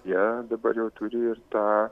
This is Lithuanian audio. jie dabar jau turi ir tą